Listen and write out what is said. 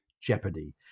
jeopardy